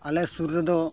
ᱟᱞᱮ ᱥᱩᱨ ᱨᱮᱫᱚ